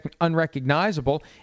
unrecognizable